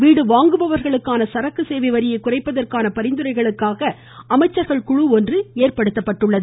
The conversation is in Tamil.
வீடு வாங்குபவர்களுக்கான சரக்கு சேவை வரியை குறைப்பதற்கான பரிந்துரைகளுக்கான அமைச்சர்கள் குழு ஏற்படுத்தப்பட்டுள்ளது